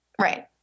Right